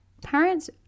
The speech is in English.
parents